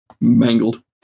mangled